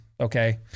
okay